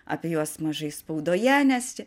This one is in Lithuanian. apie juos mažai spaudoje nes čia